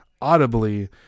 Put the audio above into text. audibly